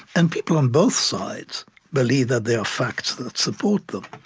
and people on both sides believe that there are facts that support them.